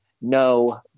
No